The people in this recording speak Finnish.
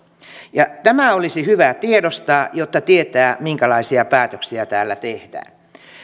ja tämä olisi hyvä tiedostaa jotta tietää minkälaisia päätöksiä täällä tehdään